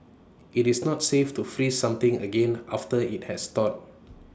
IT is not safe to freeze something again after IT has thawed